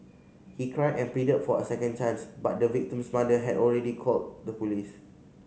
he cried and pleaded for a second chance but the victim's mother had already called the police